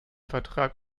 vertrag